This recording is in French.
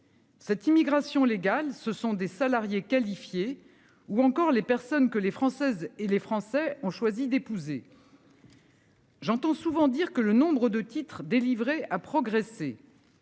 Cette immigration légale, ce sont des salariés qualifiés ou encore les personnes que les Françaises et les Français ont choisi d'épouser.-- J'entends souvent dire que le nombre de titres délivrés a progressé.